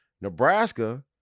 Nebraska